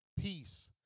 peace